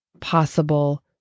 possible